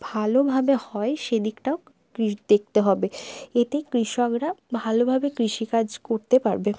ভালোভাবে হয় সেদিকটাও দেখতে হবে এতে কৃষকরা ভালোভাবে কৃষিকাজ করতে পারবে